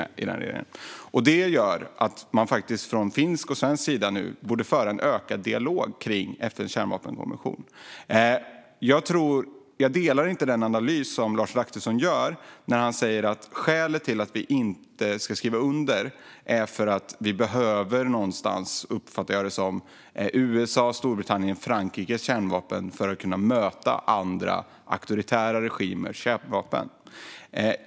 Det här gör att man från finsk och svensk sida borde föra en dialog om FN:s kärnvapenkonvention. Jag delar inte den analys som Lars Adaktusson gör när han säger att skälet till att vi inte ska skriva under är att vi behöver, uppfattar jag det som, USA:s, Storbritanniens och Frankrikes kärnvapen för att kunna möta andra, auktoritära regimers kärnvapen.